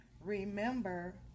Remember